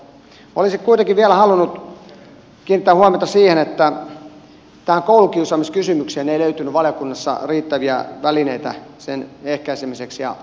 olisin kuitenkin vielä halunnut kiinnittää huomiota siihen että tähän koulukiusaamiskysymykseen ei löytynyt valiokunnassa riittäviä välineitä sen ehkäisemiseksi ja lopettamiseksi